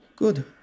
Good